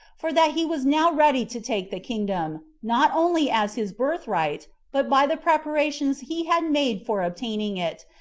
for that he was now ready to take the kingdom, not only as his birth-right, but by the preparations he had made for obtaining it,